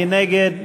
מי נגד?